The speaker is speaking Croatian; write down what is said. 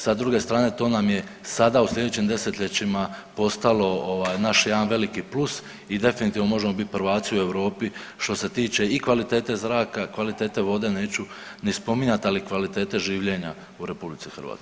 Sa druge stvari to nam je sada u sljedećim desetljećima postalo naš jedan veliki plus i definitivno možemo bit prvaci u Europi što se tiče i kvalitete zraka, kvalitete vode neću ni spominjati ali kvalitete življenja u RH.